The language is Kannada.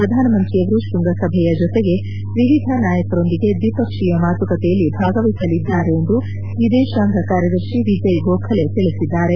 ಪ್ರಧಾನಮಂತ್ರಿಯವರು ತೃಂಗಸಭೆಯ ಜೊತೆಗೆ ವಿವಿಧ ನಾಯಕರೊಂದಿಗೆ ದಿಪಕ್ಷೀಯ ಮಾತುಕತೆಯಲ್ಲಿ ಭಾಗವಹಿಸಲಿದ್ದಾರೆ ಎಂದು ವಿದೇತಾಂಗ ಕಾರ್ಯದರ್ಶಿ ವಿಜಯ್ ಗೋಖಲೆ ತಿಳಿಸಿದ್ದಾರೆ